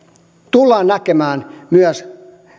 tullaan näkemään myös